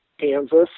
Kansas